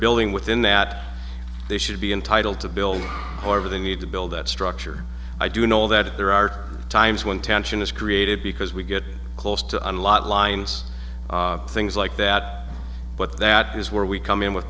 building within that they should be entitled to build or or they need to build that structure i do know that there are times when tension is created because we get close to an lot lines things like that but that is where we come in with